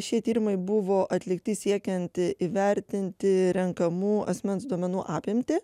šie tyrimai buvo atlikti siekiant įvertinti renkamų asmens duomenų apimtį